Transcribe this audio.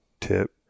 tip